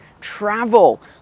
travel